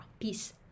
Peace